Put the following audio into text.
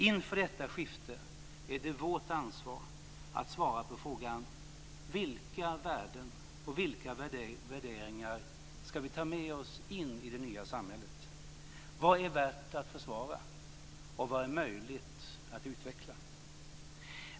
Inför detta skifte är det vårt ansvar att svara på frågan: Vilka värden och vilka värderingar ska vi ta med oss in i det nya samhället? Vad är värt att försvara, och vad är möjligt att utveckla?